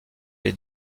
les